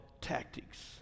tactics